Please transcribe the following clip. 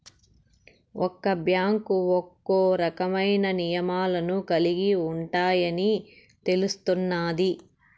ఒక్క బ్యాంకు ఒక్కో రకమైన నియమాలను కలిగి ఉంటాయని తెలుస్తున్నాది